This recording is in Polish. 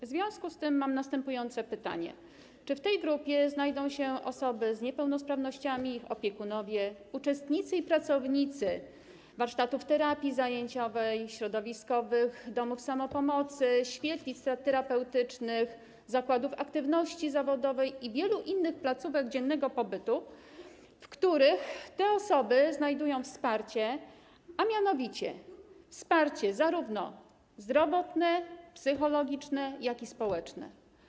W związku z tym mam następujące pytanie: Czy w tej grupie znajdą się osoby z niepełnosprawnościami, ich opiekunowie, uczestnicy i pracownicy warsztatów terapii zajęciowej, środowiskowych domów samopomocy, świetlic terapeutycznych, zakładów aktywności zawodowej i wielu innych placówek dziennego pobytu, w których te osoby znajdują wsparcie, zarówno zdrowotne, psychologiczne, jak i społeczne?